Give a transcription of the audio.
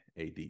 AD